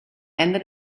ende